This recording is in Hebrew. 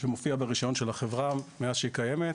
שמופיע ברישיון של החברה מאז שהיא קיימת.